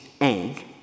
egg